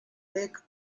lake